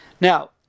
Now